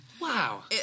Wow